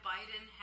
Biden